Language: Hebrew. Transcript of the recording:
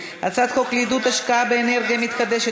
הצעת חוק לעידוד השקעה באנרגיות מתחדשות